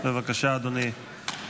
בבקשה, אדוני,